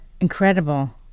Incredible